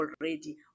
already